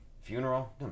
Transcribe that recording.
Funeral